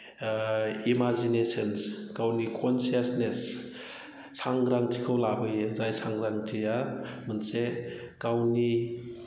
imaginations गावनि consciousness सांग्रांथिखौ लाबोयो जाय सांग्रांथिया मोनसे गावनि